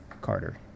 Carter